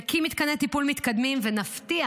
נקים מתקני טיפול מתקדמים ונבטיח